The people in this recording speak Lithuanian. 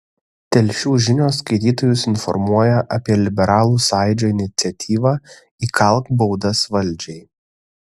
telšių žinios skaitytojus informuoja apie liberalų sąjūdžio iniciatyvą įkalk baudas valdžiai